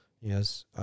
yes